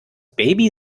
baby